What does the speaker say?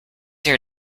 your